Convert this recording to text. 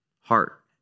Heart